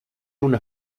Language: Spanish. una